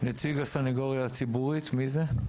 נציג הסנגוריה הציבורית, מי זה?